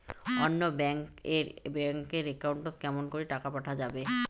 অন্য ব্যাংক এর bank account এ কেমন করে টাকা পাঠা যাবে?